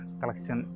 collection